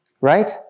right